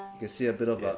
you can see a bit of yeah